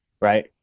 right